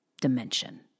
dimension